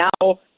now